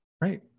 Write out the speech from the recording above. Right